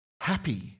happy